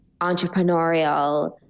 entrepreneurial